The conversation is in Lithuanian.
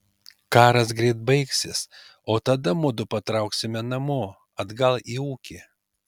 karas greit baigsis o tada mudu patrauksime namo atgal į ūkį